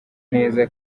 neza